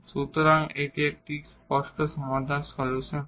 সুতরাং এটি তখন একটি স্পষ্ট সমাধানexplicit solution হয়